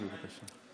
בבקשה.